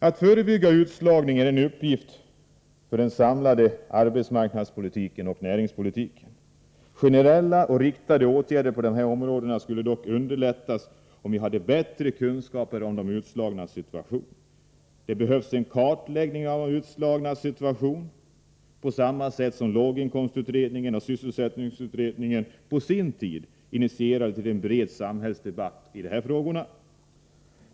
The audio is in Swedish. Att förebygga utslagning är en uppgift förden samlade arbetsmarknadspolitiken och näringspolitiken. Generella och riktade åtgärder på de här områdena skulle dock underlättas, om vi hade bättre kunskaper om de utslagnas situation. Det behövs en kartläggning av de utslagnas situation, på samma sätt som låginkomstutredningen och sysselsättningsutredningen på sin tid initierade en bred samhällsdebatt i dessa frågor.